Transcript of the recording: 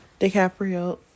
dicaprio